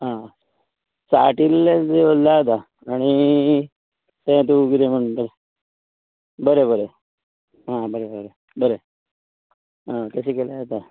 आं साट इल्लें उरलां आतां आनी तें तूं कितें म्हणटा बरें बरें आं बरें बरें बरें आं तशें केल्यार जाता